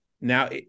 Now